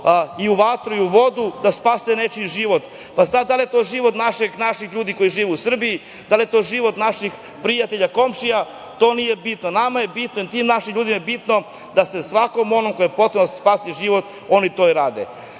i u vatru, i u vodu, da spase nečiji život. Pa sada, da li je to život naših ljudi koji žive u Srbiji, da li je to život naših prijatelja, komšija, to nije bitno. Nama je bitno, tim našim ljudima je bitno da svakom onom kome je potrebno da se spasi život, oni to i